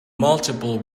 multiple